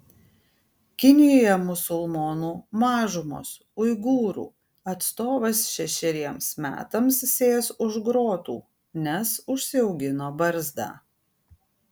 kinijoje musulmonų mažumos uigūrų atstovas šešeriems metams sės už grotų nes užsiaugino barzdą